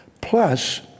Plus